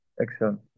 Excellent